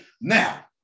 Now